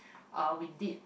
uh we did